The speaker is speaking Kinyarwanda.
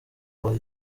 aba